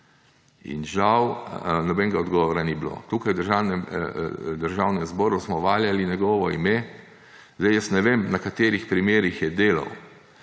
In žal nobenega odgovora ni bilo. Tukaj, v Državnem zboru smo valjali njegovo ime, zdaj jaz ne vem, na katerih primerih je delal,